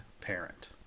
parent